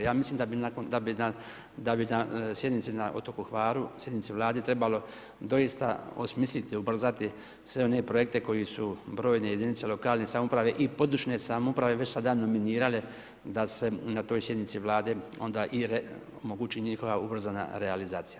Ja mislim da bi na sjednici na otoku Hvaru, sjednici Vlade trebalo doista osmisliti, ubrzati sve one projekte, koji su brojne jedinice lokalne samouprave, i područne samouprave, već sada nominirane, da se na toj sjednici vlade, onda i omogući njihova ubrzana realizacija.